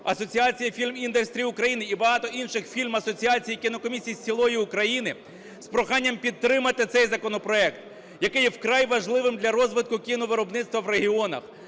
Асоціація Film Industry України і багато інших фільмасоціацій і кінокомісій з цілої України з проханням підтримати цей законопроект, який є вкрай важливим для розвитку кіновиробництва в регіонах.